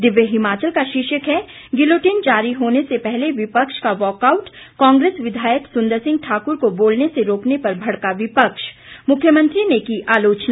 दिव्य हिमाचल का शीर्षक है गिलोटिन जारी होने से पहले विपक्ष का वॉकआउट कांग्रेस विधायक सुन्दर सिंह ठाकुर को बोले से रोकने पर भड़का विपक्ष मुख्यमंत्री ने की आलोचना